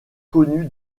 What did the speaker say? connu